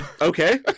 Okay